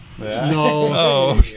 No